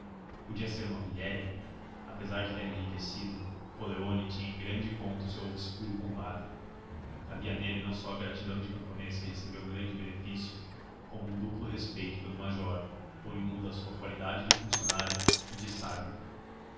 podia ser uma pilhéria apesar de ter enriquecido coleoni tinha em grande conta o seu obscuro compadre havia nele não só a gratidão de camponês que recebeu um grande benefício como um duplo respeito pelo major oriundo da sua qualidade de funcionário e de sábio